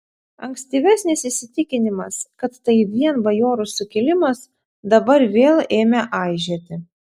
ankstyvesnis įsitikinimas kad tai vien bajorų sukilimas dabar vėl ėmė aižėti